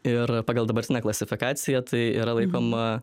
ir pagal dabartinę klasifikaciją tai yra laikoma